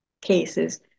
cases